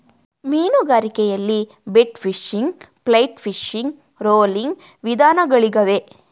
ಮೀನುಗಾರಿಕೆಯಲ್ಲಿ bait fishing, flight fishing, rolling ವಿಧಾನಗಳಿಗವೆ